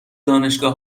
دانشگاه